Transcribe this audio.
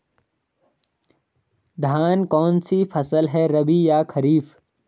धान कौन सी फसल है रबी या खरीफ?